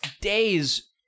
days